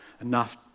Enough